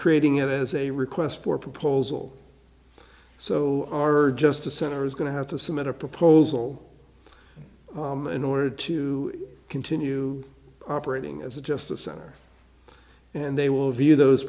creating it as a request for proposal so our justice center is going to have to submit a proposal in order to continue operating as a justice center and they will view those